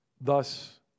Thus